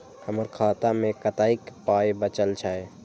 हमर खाता मे कतैक पाय बचल छै